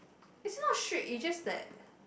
it's not strict it's just that